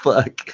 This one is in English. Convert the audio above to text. Fuck